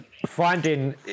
Finding